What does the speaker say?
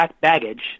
baggage